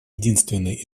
единственный